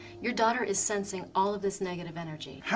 your daughter is sensing all of this negative energy.